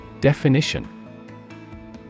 Definition